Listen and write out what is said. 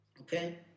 okay